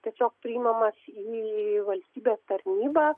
tiesiog priimamas į valstybės tarnybą